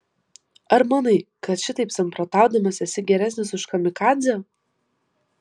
ar manai kad šitaip samprotaudamas esi geresnis už kamikadzę